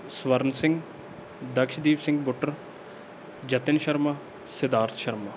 Swaran Singh Dakshdeep Singh Buttar Jatin Sharma Siddharth Sharma